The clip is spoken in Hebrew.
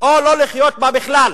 או לא לחיות בה בכלל,